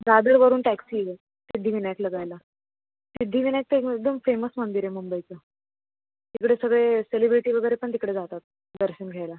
दादरवरून taxi आहे सिद्धिविनायकला जायला सिद्धिविनायक तर एकदम फेमस मंदिर आहे मुंबईचं तिकडे सगळे सेलिब्रिटी वगैरे पण तिकडे जातात दर्शन घ्यायला